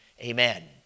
Amen